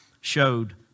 showed